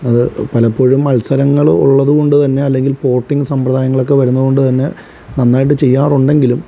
അത് പലപ്പോഴും മത്സരങ്ങൾ ഉള്ളതുകൊണ്ട് തന്നെ അല്ലെങ്കിൽ പോർട്ടിങ്ങ് സമ്പ്രദായങ്ങളൊക്കെ വരുന്നതുകൊണ്ടുതന്നെ നന്നായിട്ട് ചെയ്യാറുണ്ടെങ്കിലും